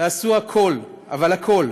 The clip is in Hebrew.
תעשו הכול, אבל הכול,